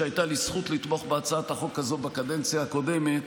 שהייתה לי זכות לתמוך בהצעת החוק הזאת בקדנציה הקודמת,